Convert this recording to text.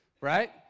Right